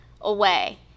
away